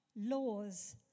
laws